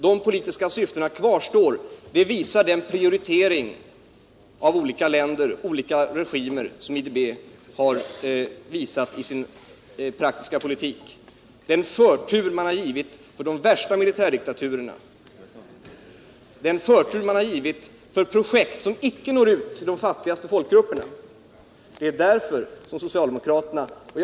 Dessa politiska syften kvarstår, vilket den prioritering av olika regimer som IDB har gjort i sin praktiska politik visar. Man har givit förtur åt de värsta militärdiktaturerna för projekt som icke når ut till de fattigaste folkgrupperna. Det är därför som socialdemokraterna har reserverat sig.